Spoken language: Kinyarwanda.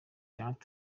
cyangwa